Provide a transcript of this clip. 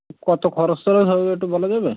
কতো খরচ টরচ হবে একটু বলা যাবে